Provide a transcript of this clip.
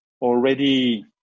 already